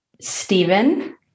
Stephen